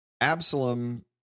Absalom